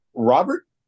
Robert